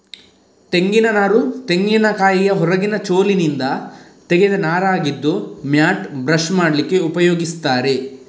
ತೆಂಗಿನ ನಾರು ತೆಂಗಿನಕಾಯಿಯ ಹೊರಗಿನ ಚೋಲಿನಿಂದ ತೆಗೆದ ನಾರಾಗಿದ್ದು ಮ್ಯಾಟ್, ಬ್ರಷ್ ಮಾಡ್ಲಿಕ್ಕೆ ಉಪಯೋಗಿಸ್ತಾರೆ